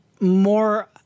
more